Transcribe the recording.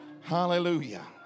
Hallelujah